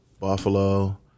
Buffalo